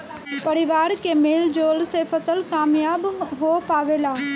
परिवार के मेल जोल से फसल कामयाब हो पावेला